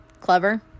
clever